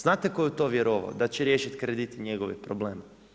Znate tko je u to vjerovao da će riješiti krediti njegove probleme?